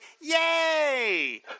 yay